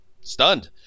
stunned